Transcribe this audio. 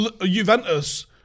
Juventus